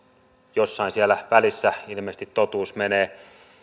jossain siellä välissä ilmeisesti totuus menee